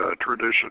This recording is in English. tradition